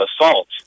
assault